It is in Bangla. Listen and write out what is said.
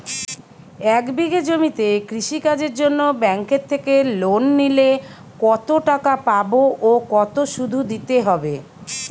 এক বিঘে জমিতে কৃষি কাজের জন্য ব্যাঙ্কের থেকে লোন নিলে কত টাকা পাবো ও কত শুধু দিতে হবে?